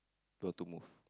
don't want to move